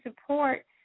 support